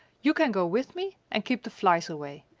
you can go with me and keep the flies away.